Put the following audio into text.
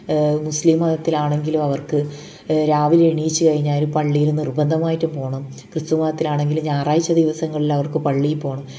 മുസ്ലിം മതത്തിലാണെങ്കിലും അവർക്ക് രാവിലെ എണീച്ച് കഴിഞ്ഞാൽ പള്ളിയിൽ നിർബന്ധമായിട്ടും പോകണം ക്രിസ്തു മതത്തിലാണെങ്കിൽ ഞായറാഴ്ച ദിവസങ്ങളിൽ അവർക്ക് പള്ളിപ്പോണം